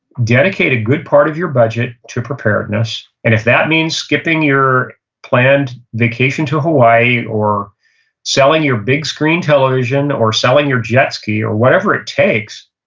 dedicate a good part of your budget to preparedness, and if that means skipping your planned vacation to hawaii, or selling your big screen television, or selling your jet ski, or whatever it takes,